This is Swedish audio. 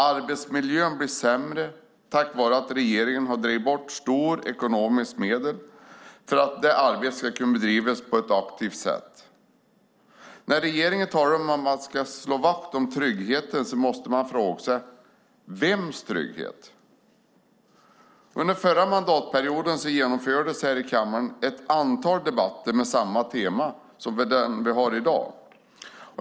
Arbetsmiljön blir sämre på grund av att regeringen har tagit bort stora ekonomiska medel för att arbetet ska kunna bedrivas på ett aktivt sätt. När regeringen talar om att den ska slå vakt om tryggheten måste man fråga sig: Vems trygghet? Under förra mandatperioden genomfördes här i kammaren ett antal debatter med samma tema som den vi har i dag.